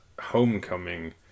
Homecoming